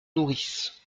nourrice